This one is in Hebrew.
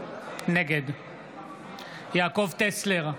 נגד יעקב טסלר,